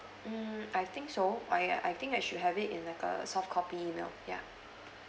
mm I think so I I think I should have it in like a soft copy email ya